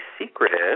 secretive